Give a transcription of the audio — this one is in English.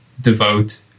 devote